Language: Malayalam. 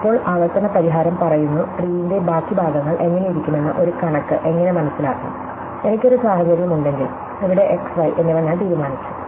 ഇപ്പോൾ ആവർത്തന പരിഹാരം പറയുന്നു ട്രീയിന്റെ ബാക്കി ഭാഗങ്ങൾ എങ്ങനെയിരിക്കുമെന്ന് ഒരു കണക്ക് എങ്ങനെ മനസ്സിലാക്കാം എനിക്ക് ഒരു സാഹചര്യം ഉണ്ടെങ്കിൽ ഇവിടെ x y എന്നിവ ഞാൻ തീരുമാനിച്ചു